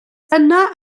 dyna